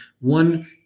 one